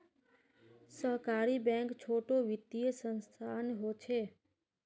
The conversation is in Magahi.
सहकारी बैंक छोटो वित्तिय संसथान होछे